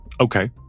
okay